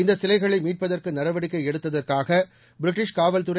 இந்த சிலைகளை மீட்பதற்கு நடவடிக்கை எடுத்ததற்காக பிரிட்டிஷ் காவல்துறை